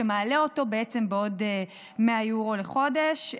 שמעלה אותו בעצם בעוד 100 יורו לחודש,